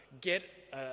get